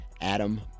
Adam